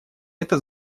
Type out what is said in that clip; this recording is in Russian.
это